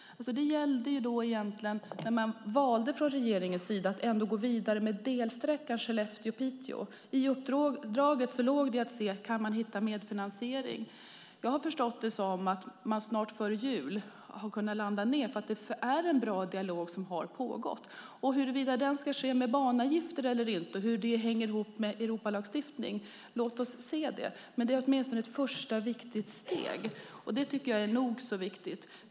Det gällde när man från regeringens sida valde att gå vidare med delsträckan Skellefteå-Piteå. I uppdraget låg det att se: Kan man hitta medfinansiering? Jag har förstått det som att man snart före jul ska kunna landa. Det är en bra dialog som har pågått. Huruvida det ska ske med banavgifter eller inte och hur det hänger ihop med Europalagstiftning får vi se. Men det är ett första viktigt steg. Det är nog så viktigt.